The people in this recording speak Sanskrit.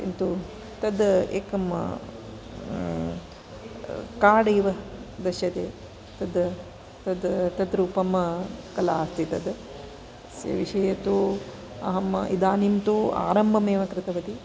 किन्तु तद् एकं काड् इव दृश्यते तद् तद् तद्रूपं कला अस्ति तद् तस्य विषये तु अहम् इदानीं तु आरम्भमेव कृतवती